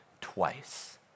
twice